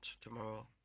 tomorrow